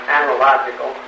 analogical